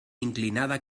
inclinada